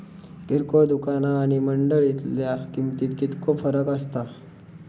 किरकोळ दुकाना आणि मंडळीतल्या किमतीत कितको फरक असता?